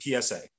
PSA